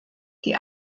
die